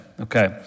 Okay